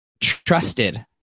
trusted